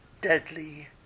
deadly